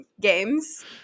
games